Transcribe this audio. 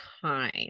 time